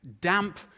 damp